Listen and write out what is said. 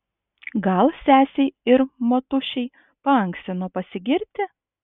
gal sesei ir motušei paankstino pasigirti